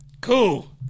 Cool